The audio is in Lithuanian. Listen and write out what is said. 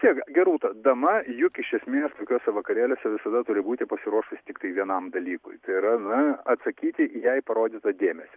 tiek gerūta dama juk iš esmės tokiuose vakarėliuose visada turi būti pasiruošus tiktai vienam dalykui tai yra na atsakyti į jai parodytą dėmesį